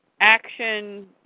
Action